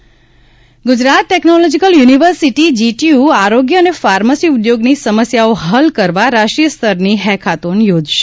GTU Gujarat technological university GTU આરોગ્ય અને pharmacy ઉદ્યોગની સમસ્યાઓ હલ કરવા રાષ્ટ્રીય સ્તરની હેકાથોન યોજશે